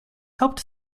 helped